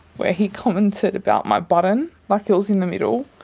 where he commented about my button, like it was in the middle.